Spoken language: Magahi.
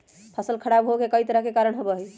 फसल खराब होवे के कई तरह के कारण होबा हई